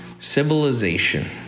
Civilization